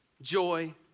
joy